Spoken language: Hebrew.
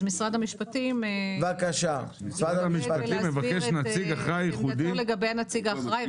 אז משרד המשפטים יתכבד להסביר את עמדתו לגבי הנציג האחראי.